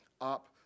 up